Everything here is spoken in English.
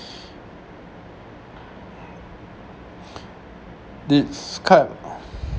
describe